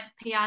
PR